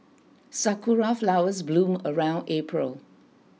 sakura flowers bloom around April